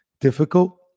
difficult